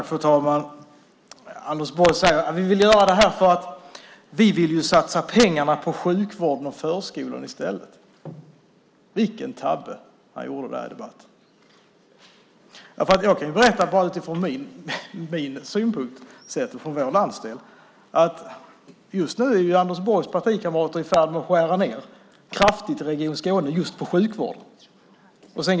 Fru talman! Anders Borg säger: Vi vill göra det här, för vi vill satsa pengarna på sjukvården och förskolan i stället. Vilken tabbe han gjorde där! Jag kan berätta från min synpunkt, sett från vår landsdel, att Anders Borgs partikamrater är i färd med att kraftigt skära ned på just sjukvården i Region Skåne.